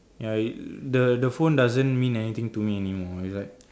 ya you the the phone doesn't mean anything to me anymore it's like